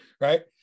right